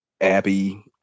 Abbey